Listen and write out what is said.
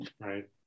Right